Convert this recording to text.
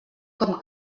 com